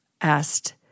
asked